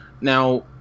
Now